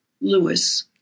Lewis